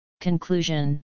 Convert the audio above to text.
Conclusion